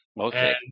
okay